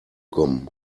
kommen